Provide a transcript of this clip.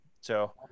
So-